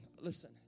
listen